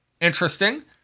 interesting